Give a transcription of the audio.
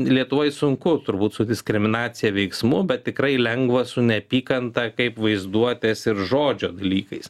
lietuvoj sunku turbūt su diskriminacija veiksmu bet tikrai lengva su neapykanta kaip vaizduotės ir žodžio dalykais